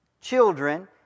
children